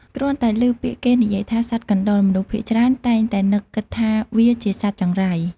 គ្រាន់តែឮពាក្យគេនិយាយថា សត្វកណ្តុរ មនុស្សភាគច្រើនតែងតែនឹកគិតថាវាជាសត្វចង្រៃ។